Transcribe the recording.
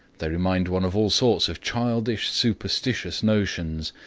they remind one of all sorts of childish, superstitious notions,